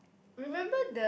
remember the